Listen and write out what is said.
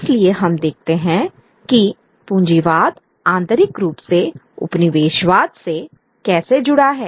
इसलिए हम देखते हैं कि पूंजीवाद आंतरिक रूप से उपनिवेशवाद से कैसे जुड़ा है